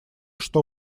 что